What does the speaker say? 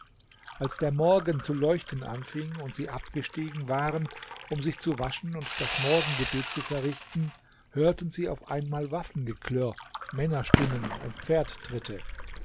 als der morgen zu leuchten anfing und sie abgestiegen waren um sich zu waschen und das morgengebet zu verrichten hörten sie auf einmal waffengeklirr männerstimmen und